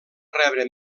rebre